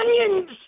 onions